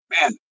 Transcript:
man